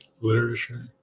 literature